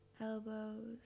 elbows